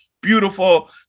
beautiful